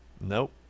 Nope